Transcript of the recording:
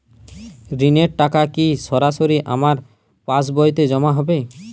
ঋণের টাকা কি সরাসরি আমার পাসবইতে জমা হবে?